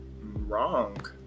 Wrong